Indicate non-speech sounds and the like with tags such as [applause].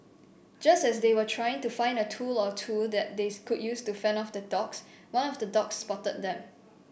just as they were trying to find a tool or two that they [unintelligible] could use to fend off the dogs one of the dogs spotted them